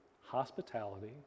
hospitality